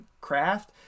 craft